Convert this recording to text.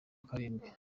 karindwi